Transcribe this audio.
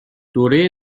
دوره